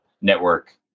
network